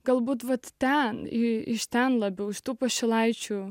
galbūt vat ten iš ten labiau iš tų pašilaičių